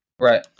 Right